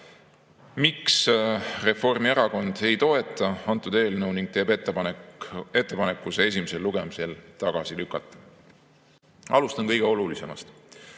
miks Reformierakond ei toeta antud eelnõu ning teeb ettepaneku see esimesel lugemisel tagasi lükata. Alustan kõige olulisemast.